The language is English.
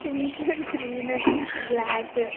pink and green black